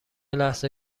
لحظه